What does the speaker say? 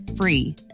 free